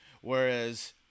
Whereas